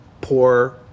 poor